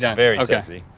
yeah very sexy.